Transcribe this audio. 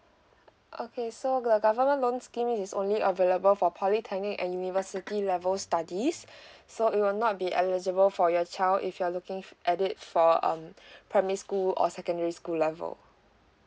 okay so the government loan scheme is only available for polytechnic and university level studies so it will not be eligible for your child if you're looking at it for um primary school or secondary school level